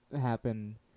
happen